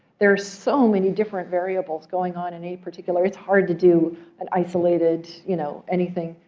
there are so many different variables going on in any particular it's hard to do an isolated you know anything,